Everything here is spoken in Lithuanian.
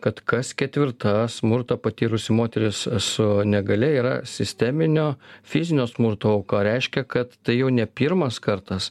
kad kas ketvirta smurtą patyrusi moteris su negalia yra sisteminio fizinio smurto auka reiškia kad tai jau ne pirmas kartas